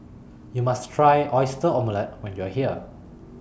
YOU must Try Oyster Omelette when YOU Are here